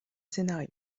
scénario